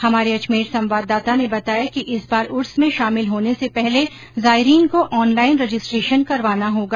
हमारे अजमेर संवाददाता ने बताया कि इस बार उर्स में शामिल होने से पहले जायरीन को ऑनलाईन रजिस्ट्रेशन करवाना होगा